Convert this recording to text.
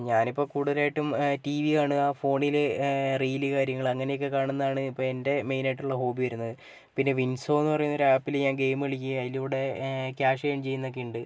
ഞാനിപ്പോൾ കൂടുതലായിട്ടും T V കാണുക ഫോണിലെ റീല് കാര്യങ്ങൾ അങ്ങനെയൊക്കെ കാണുന്നതാണ് ഇപ്പോൾ എന്റെ മെയിൻ ആയിട്ടുള്ള ഹോബി വരുന്നത് പിന്നെ വിൻസോ എന്ന് പറയുന്ന ഒരു ആപ്പിൽ ഞാൻ ഗെയിം കളിക്കുകയും അതിലൂടെ ക്യാഷ് ഏൺ ചെയ്യുന്നതൊക്കെയുണ്ട്